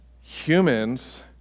humans